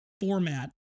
format